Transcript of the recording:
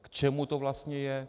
K čemu to vlastně je?